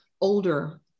older